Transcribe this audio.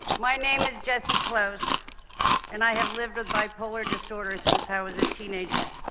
my name is jessie close and i have lived with bipolar disorder since i was a teenager.